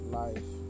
life